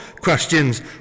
questions